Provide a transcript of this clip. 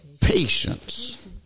patience